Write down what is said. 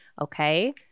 Okay